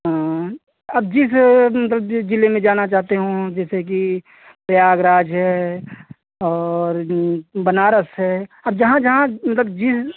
हाँ अब जिस मतलब जि ज़िले में जाते हों जैसे कि प्रयागराज है और बनारस है अब जहाँ जहाँ मतलब जिस